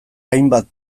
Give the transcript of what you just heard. hainbat